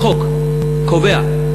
החוק קובע,